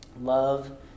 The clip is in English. love